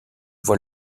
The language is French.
voit